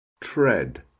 tread